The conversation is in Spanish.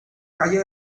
calles